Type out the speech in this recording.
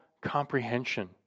comprehension